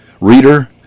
reader